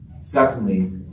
secondly